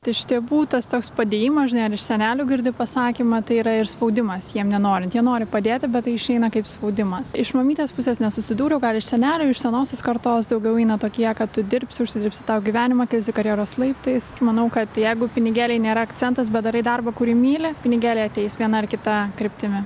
tai iš tėvų tas toks padėjimas žinai ar iš senelių girdi pasakymą tai yra ir spaudimas jiem nenorint jie nori padėti bet tai išeina kaip spaudimas iš mamytės pusės nesusidūriau gal iš senelio iš senosios kartos daugiau eina tokie kad tu dirbsi užsidirbsi tau gyvenimą kilsi karjeros laiptais manau kad jeigu pinigėliai nėra akcentas bet darai darbą kurį myli pinigėliai ateis viena ar kita kryptimi